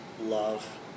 love